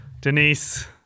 Denise